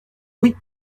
oui